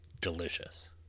Delicious